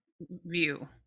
view